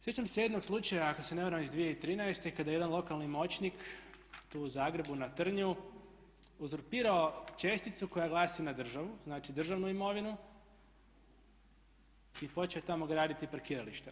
Sjećam se jednog slučaja, ako se ne varam iz 2013. kada je jedan lokalni moćnik tu u Zagrebu na Trnju uzurpirao česticu koja glasi na državu, znači državnu imovinu i počeo tamo graditi parkiralište.